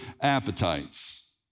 appetites